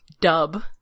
dub